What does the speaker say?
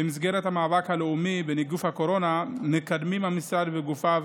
במסגרת המאבק הלאומי בנגיף הקורונה מקדמים המשרד וגופיו